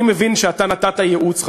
אני מבין שאתה נתת ייעוץ,